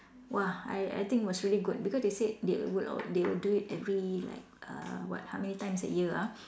!wah! I I think it was really good because they said they would they would do it every like uh what how many times a year ah